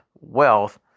wealth